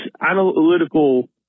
analytical